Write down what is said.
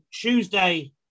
Tuesday